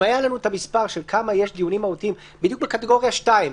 אם היה לנו את המספר כמה דיונים מהותיים יש בדיוק בקטגוריה 2,